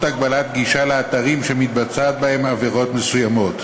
הגבלת גישה לאתרים שמתבצעות בהם עבירות מסוימות: